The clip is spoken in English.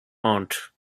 aunt